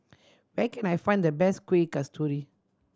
where can I find the best Kuih Kasturi